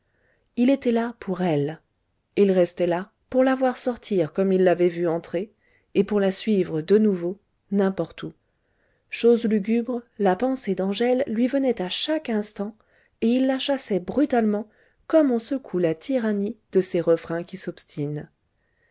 ii était là pour elle il restait là pour la voir sortir comme il l'avait vue entrer et pour la suivre de nouveau n'importe où chose lugubre la pensée d'angèle lui venait à chaque instant et il la chassait brutalement comme on secoue la tyrannie de ces refrains qui s'obstinent